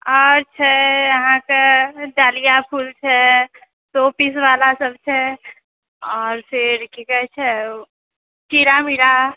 आर छै अहाँके डहेलिया फुल छै शो पीस वाला सब छै आओर फेर की कहै छै ओ तिरा मीरा